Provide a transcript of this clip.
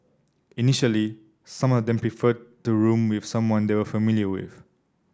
initially some of them preferred to room with someone they were familiar with